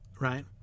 right